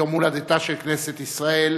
יום הולדתה של כנסת ישראל,